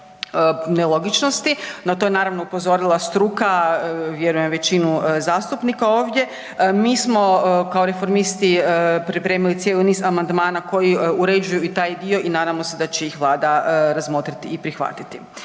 nelogičnosti, na to je naravno upozorila struka, vjerujem i većinu zastupnika ovdje, mi smo kao Reformisti pripremili cijeli niz amandmana koji uređuju i taj dio i nadamo se da će ih Vlada razmotriti i prihvatiti.